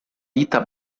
ditta